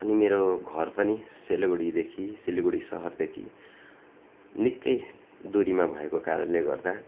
अनि मेरो घर पनि सिलगडीदेखि सिलगडी सहरदेखि निकै दुरीमा भएको कारणले गर्दा